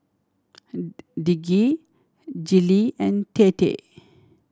Lige Gillie and Tate